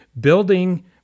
building